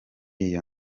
iyo